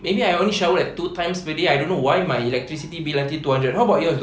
maybe I only showered two times per day I don't why my electricity bill until two hundred what about yours though